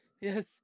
Yes